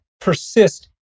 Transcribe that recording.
persist